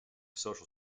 social